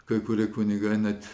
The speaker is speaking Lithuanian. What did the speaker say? kai kurie kunigai net